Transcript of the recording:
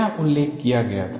क्या उल्लेख किया गया था